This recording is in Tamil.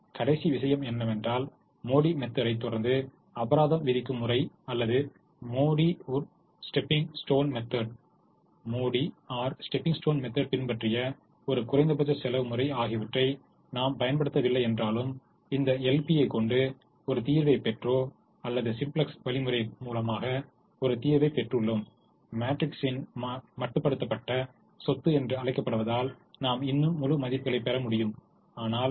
கடைசி விஷயம் என்னவென்றால் மோடி மெத்தொடைத் தொடர்ந்து அபராதம் விதிக்கும் முறை அல்லது மோடி ஓர் ஸ்டெப்பிங் ஸ்டோன் மெத்தெடை பின்பற்றிய ஒரு குறைந்தபட்ச செலவு முறை ஆகியவற்றை நாம் பயன்படுத்தவில்லை என்றாலும் இந்த LP யை கொண்டு ஒரு தீர்வை பெற்றோ அல்லது சிம்ப்ளக்ஸ் வழிமுறை மூலமாக ஒரு தீர்த்வை பெற்றுள்ளோம் மேட்ரிக்ஸின் மட்டுப்படுத்தப்பட்ட சொத்து என்று அழைக்கப்படுவதால் நாம் இன்னும் முழு மதிப்புகளைப் பெற முடியும் ஆனால் நாம் அந்த யோசனைக்கு ஆழமாக செல்லப் போவதில்லை